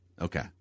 Okay